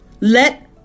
Let